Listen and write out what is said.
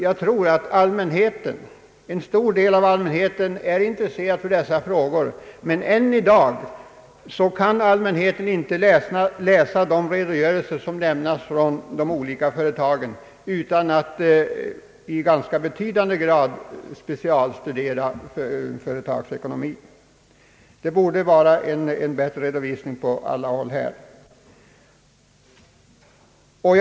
Jag tror att en stor del av allmänheten är intresserad för dessa frågor, men än i dag kan allmänheten inte läsa de redogörelser som lämnas från de olika företagen utan att först i ganska betydande grad specialstudera företagsekonomi. Det borde vara en bättre redovisning på alla håll i detta avseende.